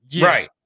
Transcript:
Right